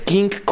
King